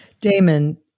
Damon